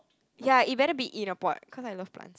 ya it better be in a pot because I love plant